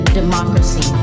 democracy